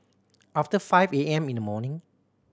after five A M in the morning